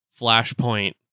Flashpoint